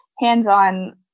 hands-on